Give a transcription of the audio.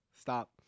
stop